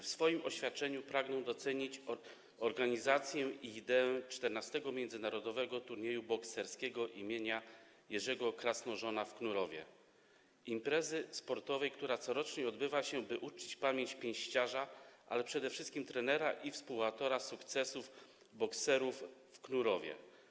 W swoim oświadczeniu pragnę ocenić organizację i ideę XIV Międzynarodowego Turnieju Bokserskiego im. Jerzego Krasnożona w Knurowie, imprezy sportowej, która corocznie odbywa się, by uczcić pamięć pięściarza, ale przede wszystkim trenera i współautora sukcesów bokserów w Knurowie.